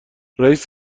رییس